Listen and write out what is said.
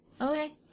Okay